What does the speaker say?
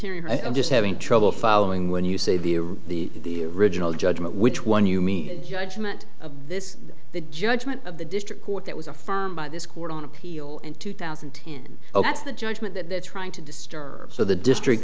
hearing i'm just having trouble following when you say the the original judgment which one you me a judgment of this the judgment of the district court that was affirmed by this court on appeal and two thousand and ten oh that's the judgment that they're trying to disturb so the district